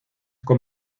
con